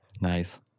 nice